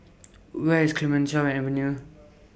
Where IS Clemenceau Avenue